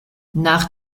nach